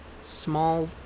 small